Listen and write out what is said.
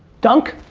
dunk?